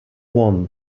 one